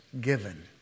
given